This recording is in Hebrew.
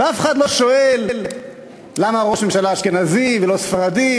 ואף אחד לא שואל למה ראש הממשלה אשכנזי ולא ספרדי,